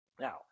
Now